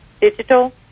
digital